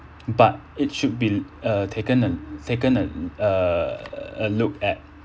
but it should be uh taken uh taken err a look at